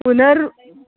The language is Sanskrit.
पुनः